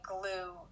glue